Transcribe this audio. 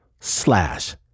slash